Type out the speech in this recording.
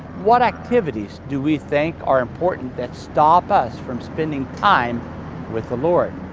what activities do we think are important that stop us from spending time with the lord?